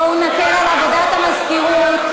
בואו נקל את עבודת המזכירות.